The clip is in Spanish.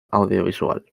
audiovisual